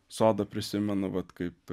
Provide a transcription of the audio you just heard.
sodą prisimenu kaip